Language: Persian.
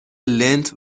لنت